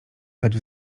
dać